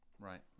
Right